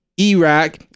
Iraq